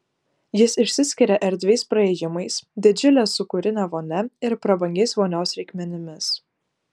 jis išsiskiria erdviais praėjimais didžiule sūkurine vonia ir prabangiais vonios reikmenimis